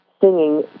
singing